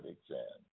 Exam